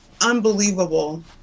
unbelievable